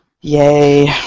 Yay